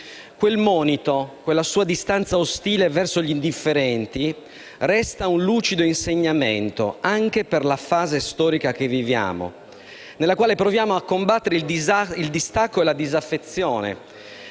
Quel monito, quella sua distanza ostile verso gli indifferenti, resta un lucido insegnamento anche per la fase storica che viviamo, nella quale proviamo a combattere il distacco e la disaffezione,